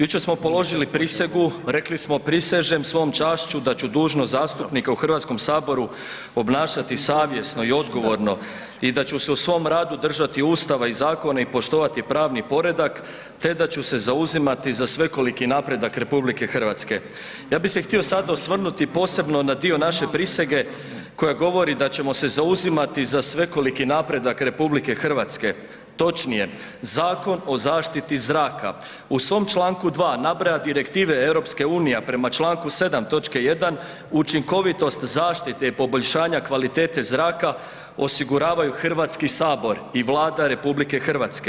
Jučer smo položili prisegu, rekli smo „Prisežem svojom čašću da ću dužnost zastupnika u Hrvatskom saboru obnašati savjesno i odgovorno, da ću se u svom radu držati Ustava i zakona i poštivati pravni predak te da ću se zauzimati za svekoliki napredak RH.“ Ja bih se htio sad osvrnuti posebno na dio naše prisege koja govori da ćemo se zauzimati za svekoliki napredak RH, točnije Zakon o zaštiti zraka u svom čl. 2. nabraja direktive EU, a prema čl. 7. točke 1. „učinkovitost zaštite i poboljšanja kvalitete zraka osiguravaju Hrvatski sabor i Vlada RH“